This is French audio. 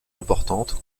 importantes